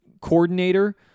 coordinator